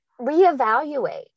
reevaluate